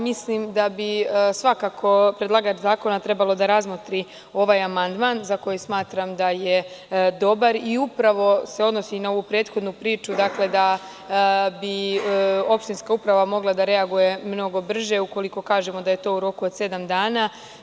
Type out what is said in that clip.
Mislim da bi svakako predlagač zakona trebao da razmotri ovaj amandman za koji smatram da je dobar i odnosi se upravo na onu prethodnu priču, a to je da bi opštinska uprava mogla da reaguje mnogo brže, ukoliko kažemo da je to u roku od sedam dana.